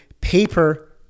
paper